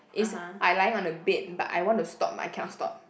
is I lying on the bed but I want to stop but I cannot stop